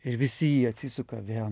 ir visi į jį atsisuka vėl